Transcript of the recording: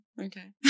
Okay